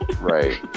Right